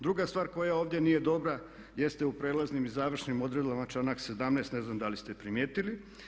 Druga stvar koja ovdje nije dobra jeste u prijelaznim i završnim odredbama članak 17. ne znam da li ste primijetili.